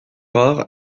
rares